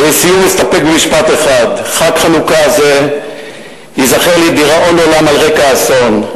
ולסיום אסתפק במשפט אחד: חג חנוכה זה ייזכר לדיראון עולם על רקע האסון,